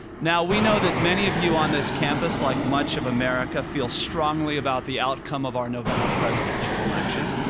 now we know that many of you on this campus like much of america feel strongly about the outcome of our november presidential election.